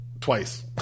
twice